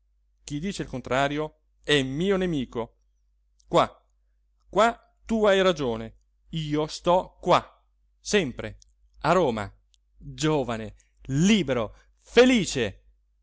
chi dice il contrario è mio nemico qua qua tu hai ragione io sto qua sempre a roma giovane libero felice